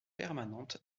permanente